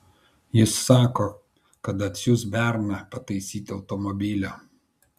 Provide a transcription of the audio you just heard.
jis sako kad atsiųs berną pataisyti automobilio